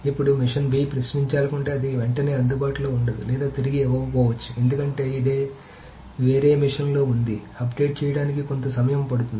ఇప్పుడు మెషీన్ బి ప్రశ్నించాలనుకుంటే అది వెంటనే అందుబాటులో ఉండదు లేదా తిరిగి ఇవ్వకపోవచ్చు ఎందుకంటే ఇది వేరే మెషీన్లో ఉంది అప్డేట్ చేయడానికి కొంత సమయం పడుతుంది